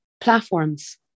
platforms